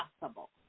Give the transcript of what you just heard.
possible